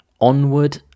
onward